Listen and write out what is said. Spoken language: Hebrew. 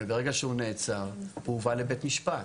ברגע שהוא נעצר, הוא הובא לבית משפט.